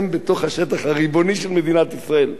הם בתוך השטח הריבוני של מדינת ישראל,